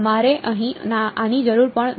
તમારે અહીં આની જરૂર પણ નથી